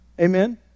Amen